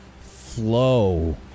flow